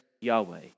Yahweh